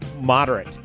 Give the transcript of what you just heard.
moderate